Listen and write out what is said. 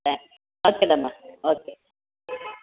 ಹಾಂ ಓಕೆ ಅಮ್ಮ ಓಕೆ